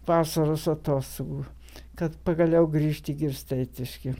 vasaros atostogų kad pagaliau grįžt į girsteitiškį